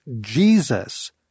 Jesus